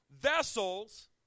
vessels